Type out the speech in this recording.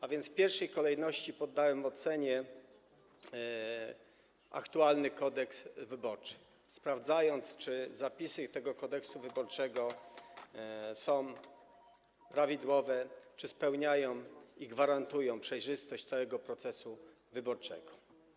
A więc w pierwszej kolejności poddałem ocenie aktualny Kodeks wyborczy, sprawdzając, czy zapisy tego Kodeksu wyborczego są prawidłowe, czy spełniają i gwarantują przejrzystość całego procesu wyborczego.